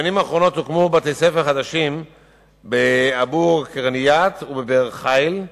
בשנים האחרונות הוקמו בתי-ספר חדשים באבו-קרינאת ובבאר-חיל,